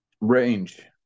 range